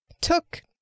took